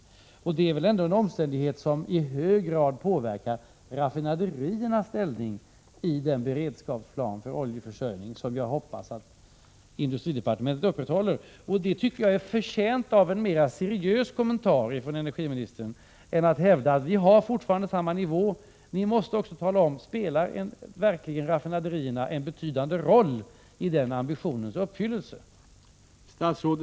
Det är väl ändå en omständighet som i hög grad påverkar raffinaderiernas ställning i den beredskapsplan för oljeförsörjningen som jag hoppas att industridepartementet upprätthåller. Detta tycker jag är förtjänt av en mer seriös kommentar från energiministern än att hävda att vi fortfarande har samma nivå. Ni måste också svara på frågan: Spelar raffinaderierna verkligen en betydande roll i den ambitionens uppfyllelse?